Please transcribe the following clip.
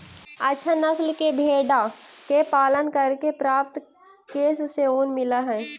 अच्छा नस्ल के भेडा के पालन करके प्राप्त केश से ऊन मिलऽ हई